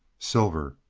silver.